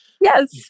yes